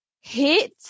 hit